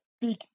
Big